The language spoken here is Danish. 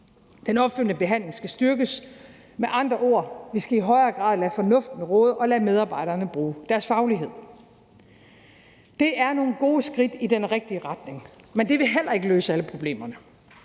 Den opfølgende behandling skal styrkes. Med andre ord: Vi skal i højere grad lade fornuften råde og lade medarbejderne bruge deres faglighed. Kl. 09:35 Det er nogle gode skridt i den rigtige retning, men det vil heller ikke løse alle problemerne,